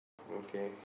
okay